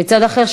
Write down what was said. וצד אחר,